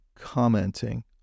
commenting